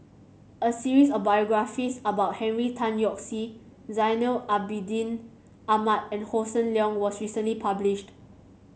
a series of biographies about Henry Tan Yoke See Zainal Abidin Ahmad and Hossan Leong was recently published